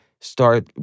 start